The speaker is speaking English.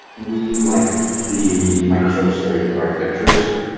we like the microservices oriented architectures.